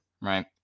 right